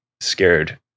scared